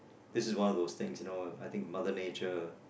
this is one of those things you know I think mother nature